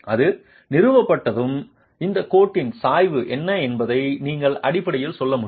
அது நிறுவப்பட்டதும் இந்த கோட்டின் சாய்வு என்ன என்பதை நீங்கள் அடிப்படையில் சொல்ல முடியும்